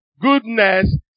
goodness